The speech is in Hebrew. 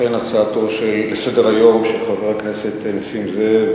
אכן הצעתו לסדר-היום של חבר הכנסת נסים זאב